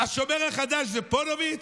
השומר החדש זה פוניבז'?